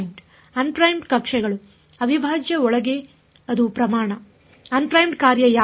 ಅನ್ primed ಕಕ್ಷೆಗಳು ಅವಿಭಾಜ್ಯ ಒಳಗೆ ಅದು ಪ್ರಮಾಣ ಅನ್ ಪ್ರೈಮ್ಡ್ನ ಕಾರ್ಯ ಯಾವುದು